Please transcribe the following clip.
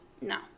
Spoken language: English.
No